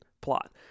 plot